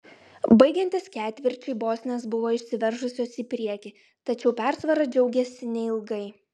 baigiantis ketvirčiui bosnės buvo išsiveržusios į priekį tačiau persvara džiaugėsi neilgai